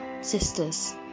Sisters